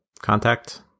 contact